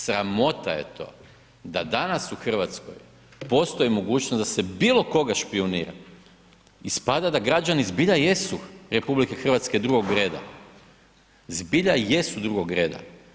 Sramota je to, da danas u Hrvatskoj postoji mogućnost da se bilo koga špijunira, ispada da građani zbilja jesu RH drugog reda, zbilja jesu drugog reda.